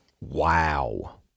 Wow